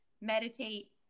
meditate